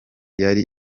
yari